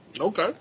Okay